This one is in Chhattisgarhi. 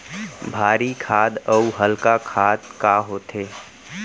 भारी खाद अऊ हल्का खाद का होथे?